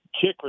kick